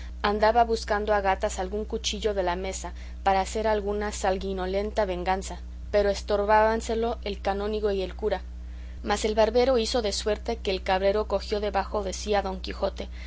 andaba buscando a gatas algún cuchillo de la mesa para hacer alguna sanguinolenta venganza pero estorbábanselo el canónigo y el cura mas el barbero hizo de suerte que el cabrero cogió debajo de sí a don quijote